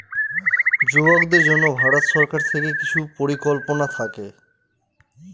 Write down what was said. যুবকদের জন্য ভারত সরকার থেকে কিছু পরিকল্পনা থাকে